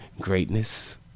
Greatness